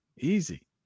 Easy